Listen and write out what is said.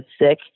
sick